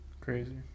Crazy